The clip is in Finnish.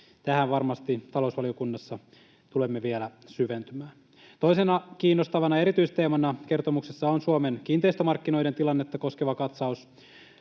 Tähän varmasti talousvaliokunnassa tulemme vielä syventymään. Toisena kiinnostavana erityisteemana kertomuksessa on Suomen kiinteistömarkkinoiden tilannetta koskeva katsaus.